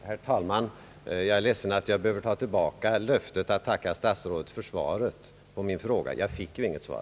Herr talman! Jag är ledsen att behöva ta tillbaka löftet att tacka statsrådet för svaret på min fråga. Jag fick ju inget svar.